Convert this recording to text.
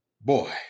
boy